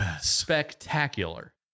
spectacular